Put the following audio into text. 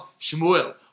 Shmuel